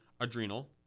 Adrenal